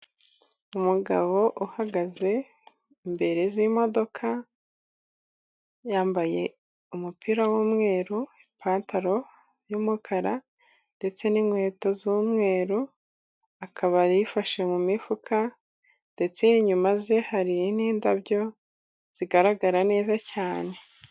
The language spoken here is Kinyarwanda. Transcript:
Umugabo uhagaze imbere y'imodoka ,yambaye umupira w'umweru, ipantaro y'umukara ndetse n'inkweto z'umweru . Akaba yifashe mu mifuka ndetse inyuma ye hari n'indabyo zigaragara neza cyane.